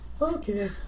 okay